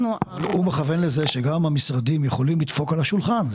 גם המשרדים יכולים לדפוק על השולחן.